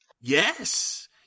Yes